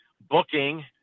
booking